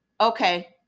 okay